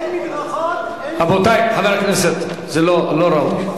אין מדרכות, אין, רבותי חברי הכנסת, זה לא ראוי.